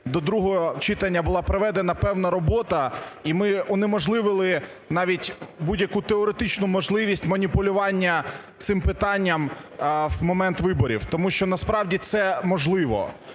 до другого читання була проведена певна робота і ми унеможливили навіть будь-яку теоретичну можливість маніпулювання цим питанням в момент виборів, тому що насправді це можливо.